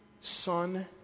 Son